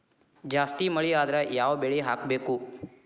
ಜಾಸ್ತಿ ಮಳಿ ಆದ್ರ ಯಾವ ಬೆಳಿ ಹಾಕಬೇಕು?